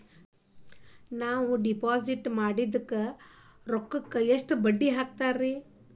ನಾವು ಡಿಪಾಸಿಟ್ ಮಾಡಿದ ರೊಕ್ಕಿಗೆ ಎಷ್ಟು ಬಡ್ಡಿ ಹಾಕ್ತಾರಾ?